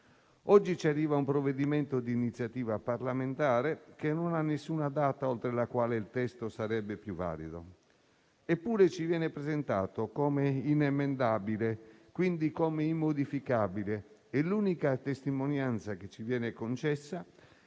parlamentare giunto dalla Camera dei deputati che non ha nessuna data oltre la quale il testo non sarebbe più valido. Eppure ci viene presentato come inemendabile, quindi come immodificabile, e l'unica testimonianza che ci viene concessa